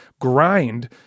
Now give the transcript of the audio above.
grind